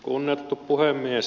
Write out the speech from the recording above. kunnioitettu puhemies